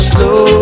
Slow